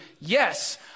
yes